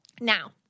Now